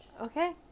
Okay